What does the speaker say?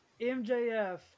MJF